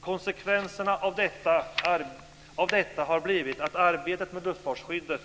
Konsekvenserna av detta har blivit att arbetet med luftfartsskyddet